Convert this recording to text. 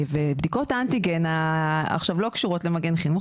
ובדיקות האנטיגן שעכשיו לא קשורות למגן חינוך,